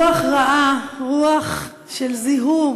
רוח רעה, רוח של זיהום